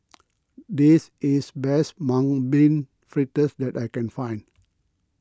this is the best Mung Bean Fritters that I can find